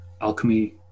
Alchemy